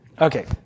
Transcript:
Okay